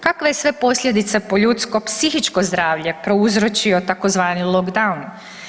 Kakve je sve posljedice po ljudsko psihičko zdravlje prouzročio tzv. lockdown?